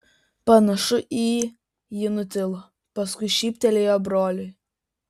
panašu į ji nutilo paskui šyptelėjo broliui